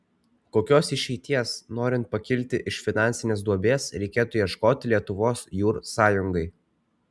kokios išeities norint pakilti iš finansinės duobės reikėtų ieškoti lietuvos jūr sąjungai